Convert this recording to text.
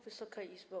Wysoka Izbo!